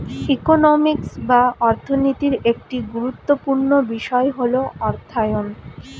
economics বা অর্থনীতির একটি গুরুত্বপূর্ণ বিষয় হল অর্থায়ন